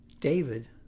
David